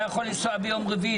היה יכול לנסוע ביום רביעי,